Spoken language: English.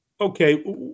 Okay